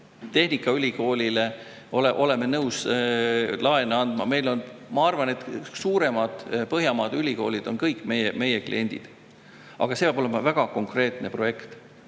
Tehnikaülikoolile nõus laenu andma. Ma arvan, et suuremad Põhjamaade ülikoolid on kõik meie kliendid. Aga see peab olema väga konkreetne projekt. Mis